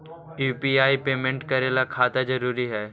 UPI payment करे ला खाता जरूरी है?